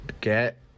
get